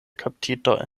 kaptitoj